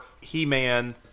He-Man